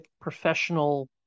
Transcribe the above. professional